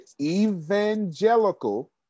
evangelical